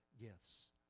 gifts